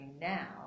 now